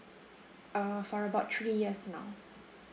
uh for about three years now